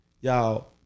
y'all